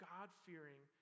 God-fearing